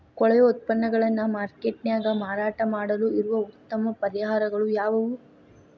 ಕೊಳೆವ ಉತ್ಪನ್ನಗಳನ್ನ ಮಾರ್ಕೇಟ್ ನ್ಯಾಗ ಮಾರಾಟ ಮಾಡಲು ಇರುವ ಉತ್ತಮ ಪರಿಹಾರಗಳು ಯಾವವು?